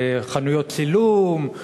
חנויות צילום,